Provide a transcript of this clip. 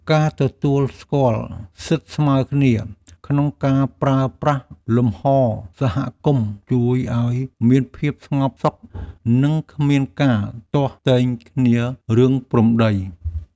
ការទទួលស្គាល់សិទ្ធិស្មើគ្នាក្នុងការប្រើប្រាស់លំហសហគមន៍ជួយឱ្យមានភាពស្ងប់សុខនិងគ្មានការទាស់ទែងគ្នារឿងព្រំដី។